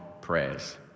prayers